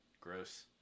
Gross